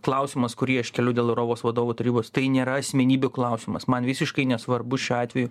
klausimas kurį aš keliu dėl europos vadovų tarybos tai nėra asmenybių klausimas man visiškai nesvarbu šiuo atveju